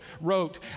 wrote